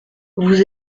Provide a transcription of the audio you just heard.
vous